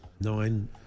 Nine